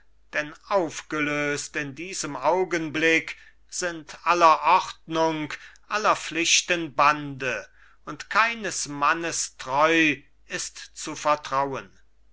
denn aufgelöst in diesem augenblick sind aller ordnung aller pflichten bande und keines mannes treu ist zu vertrauen